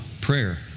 prayer